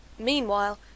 meanwhile